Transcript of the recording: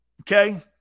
Okay